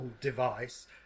device